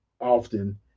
often